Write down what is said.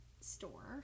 store